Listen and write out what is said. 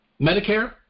Medicare